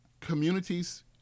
communities